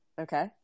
okay